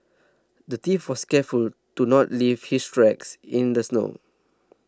the thief was careful to not leave his tracks in the snow